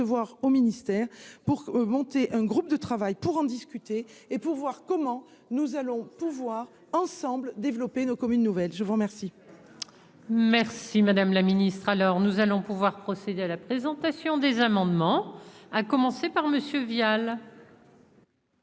recevoir au ministère pour monter un groupe de travail pour en discuter et pour voir comment nous allons pouvoir ensemble développer nos communes nouvelles, je vous remercie. Merci madame la ministre, alors nous allons pouvoir procéder à la. Présentation des amendements, à commencer par Monsieur Vial.